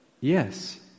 yes